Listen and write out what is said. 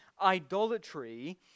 idolatry